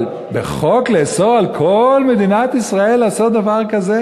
אבל בחוק לאסור על כל מדינת ישראל לעשות דבר כזה?